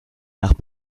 nach